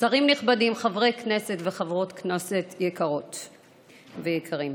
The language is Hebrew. שרים נכבדים, חברי כנסת וחברות כנסת יקרות ויקרים,